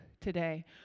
today